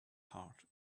heart